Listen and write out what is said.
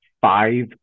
five